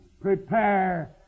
prepare